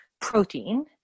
protein